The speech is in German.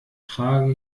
trage